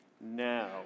Now